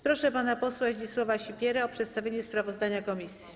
Proszę pana posła Zdzisława Sipierę o przedstawienie sprawozdania komisji.